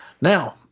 Now